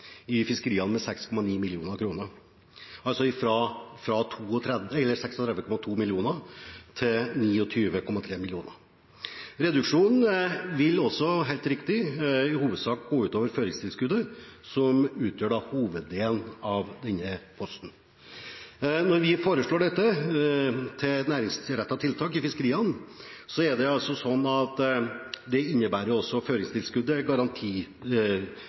i fiskeriene med 6,9 mill. kr – altså fra 36,2 mill. kr til 29,3 mill. kr. Reduksjonen vil også – helt riktig – i hovedsak gå ut over føringstilskuddet, som utgjør hoveddelen av denne posten. Når vi foreslår dette til et næringsrettet tiltak i fiskeriene, er det sånn at føringstilskuddet innebærer garantilott, tilskudd til selfangst, tilskuddsordning via det